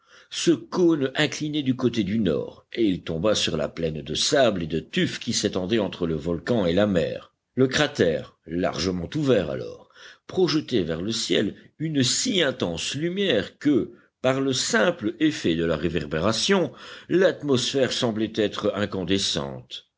ce cône inclinait du côté du nord et il tomba sur la plaine de sables et de tufs qui s'étendait entre le volcan et la mer le cratère largement ouvert alors projetait vers le ciel une si intense lumière que par le simple effet de la réverbération l'atmosphère semblait être incandescente